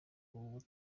ubu